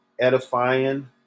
edifying